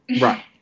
right